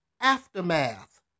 aftermath